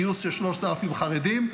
גיוס של 3,000 חרדים,